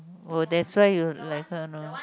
oh that's why you like her no